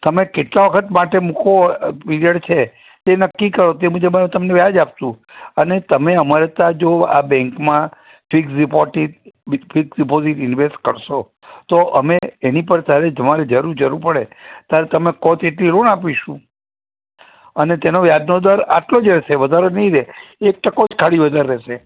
તમે કેટલા વખત માટે મૂકો પિરિયડ છે તે નક્કી કરો તે મુજબ અમે તમને વ્યાજ આપશું અને તમે અમારે ત્યાં જો આ બેંકમાં ફિક્સ ડિપોઝિટ ઇન્વેસ્ટ કરશો તો અમે એની પર ત્યારે તમારે જરૂર પડે ત્યારે તમે કહો તેટલી ઋણ આપીશું અને તેનો વ્યાજનો દર આટલો જ રહેશે વધારે નહીં રહે એક ટકો જ ખાલી વધારે રહેશે